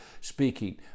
speaking